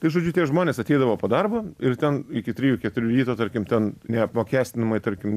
tai žodžiu tie žmonės ateidavo po darbo ir ten iki trijų keturių ryto tarkim ten neapmokestinamai tarkim